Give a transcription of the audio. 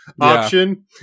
option